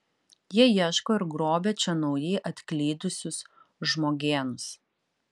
jie ieško ir grobia čia naujai atklydusius žmogėnus